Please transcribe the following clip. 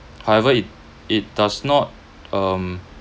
however it it does not um